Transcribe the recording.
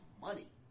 money